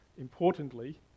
Importantly